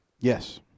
Yes